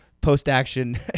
post-action